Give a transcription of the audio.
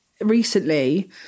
recently